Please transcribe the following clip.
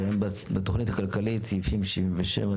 שהם בתוכנית הכלכלית סעיפים 87,